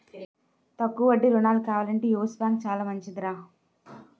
తక్కువ వడ్డీ రుణాలు కావాలంటే యెస్ బాంకు చాలా మంచిదిరా